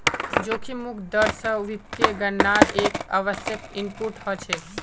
जोखिम मुक्त दर स वित्तीय गणनार एक आवश्यक इनपुट हछेक